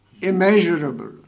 immeasurable